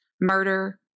murder